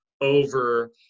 over